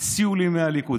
הציעו לי מהליכוד.